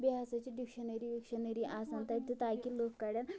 بیٚیہِ ہسا چھِ ڈِکشنری وِکشنری آسان تتہِ تاکہِ لوٗکھ پرَن